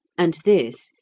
and this,